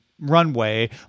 runway